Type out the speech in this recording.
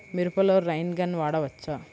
మిరపలో rain gun వాడవచ్చా?